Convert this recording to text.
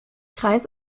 kreis